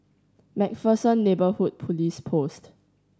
Macpherson Neighbourhood Police Post